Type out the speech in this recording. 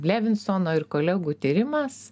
levinsono ir kolegų tyrimas